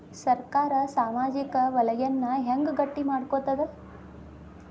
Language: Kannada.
ಸರ್ಕಾರಾ ಸಾಮಾಜಿಕ ವಲಯನ್ನ ಹೆಂಗ್ ಗಟ್ಟಿ ಮಾಡ್ಕೋತದ?